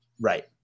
Right